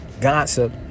gossip